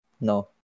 No